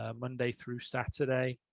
ah monday through saturday